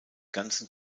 ganzen